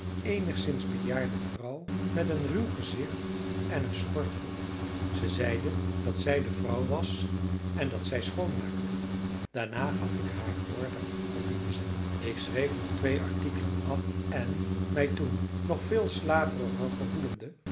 eenigszins bejaarde vrouw met een ruw gezicht en een schort voor zij zeide dat zij de vrouw was en dat zij schoonmaakte daarna gaf ik haar order koffie te zetten ik schreef nog twee artikelen af en mij toen nog veel slaperiger gevoelende